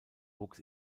wuchs